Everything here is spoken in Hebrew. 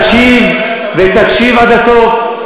תקשיב עד הסוף.